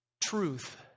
truth